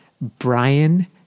Brian